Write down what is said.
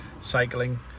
cycling